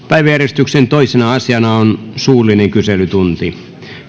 päiväjärjestyksen toisena asiana on suullinen kyselytunti